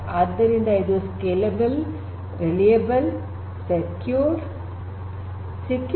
ಆದ್ದರಿಂದ ಇದು scalable reliable ಮತ್ತು ಸೆಕ್ಯೂರ್ಡ್